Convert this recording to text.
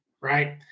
right